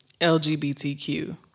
LGBTQ